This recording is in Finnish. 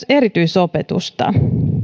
erityisopetusta